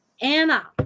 Anna